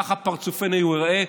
כך פרצופנו ייראה,